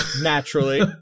Naturally